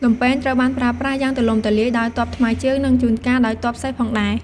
លំពែងត្រូវបានប្រើប្រាស់យ៉ាងទូលំទូលាយដោយទ័ពថ្មើរជើង និងជួនកាលដោយទ័ពសេះផងដែរ។